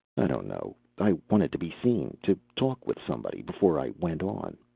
i don't know i wanted to be seen, to talk with somebody, before i went on.